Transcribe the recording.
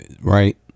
right